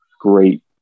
great